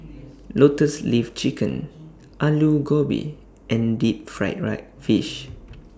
Lotus Leaf Chicken Aloo Gobi and Deep Fried Fish